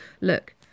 Look